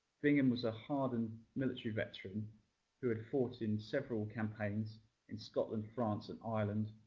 bingham was a hardened military veteran who had fought in several campaigns in scotland, france, and ireland,